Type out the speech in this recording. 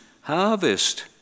harvest